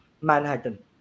Manhattan